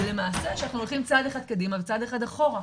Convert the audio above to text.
זה למעשה שאנחנו למעשה הולכים צעד אחד קדימה וצעד אחד אחורה.